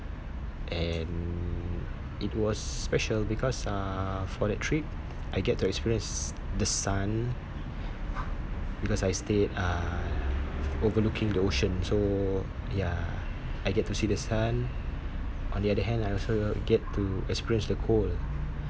and it was special because uh for that trip I get to experience the sun because I stayed uh overlooking the ocean so ya I get to see the sun on the other hand I also get to experience the cold